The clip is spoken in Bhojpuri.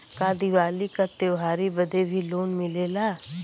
का दिवाली का त्योहारी बदे भी लोन मिलेला?